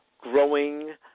growing